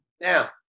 Now